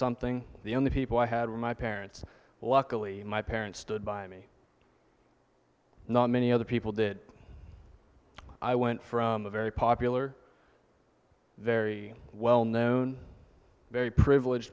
something the only people i had were my parents luckily my parents stood by me not many other people that i went from a very popular very well known very privileged